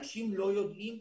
אנשים לא יודעים,